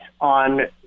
on